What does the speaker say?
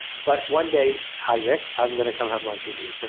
but one day hi rick i'm going to come have lunch with you.